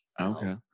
Okay